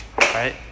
right